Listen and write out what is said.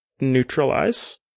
neutralize